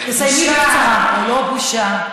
זו לא בושה.